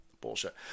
Bullshit